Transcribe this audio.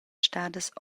stadas